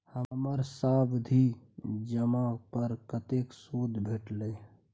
हमर सावधि जमा पर कतेक सूद भेटलै?